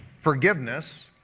forgiveness